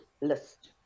list